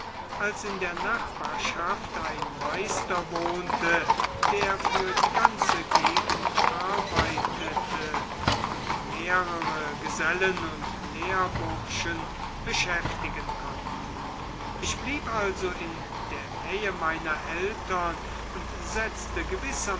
als in der nachbarschaft ein meister wohnte der für die ganze gegend arbeitete und mehrere gesellen und lehrbursche beschäftigen konnte ich blieb also in der nähe meiner eltern und